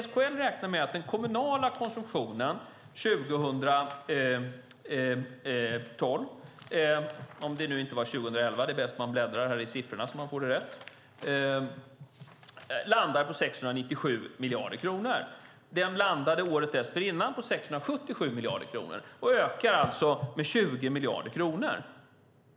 SKL räknar med att den kommunala konsumtionen 2012 - om det nu inte var 2011, det är bäst att jag bläddrar i papperen så att jag får det rätt - landar på 697 miljarder kronor. Den landade året dessförinnan på 677 miljarder kronor och ökade alltså med 20 miljarder kronor.